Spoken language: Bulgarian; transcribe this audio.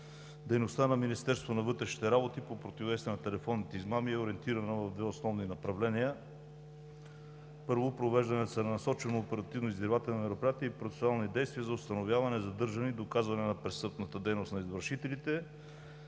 Дейността на Министерството на вътрешните работи по противодействие на телефонните измами е ориентирано в две основни направления. Първо, провеждането е насочено в оперативно-издирвателни мероприятия и процесуални действия за установяване, задържане и доказване на престъпната дейност на извършителите